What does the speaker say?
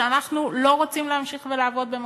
שאנחנו לא רוצים להמשיך ולעבוד בו,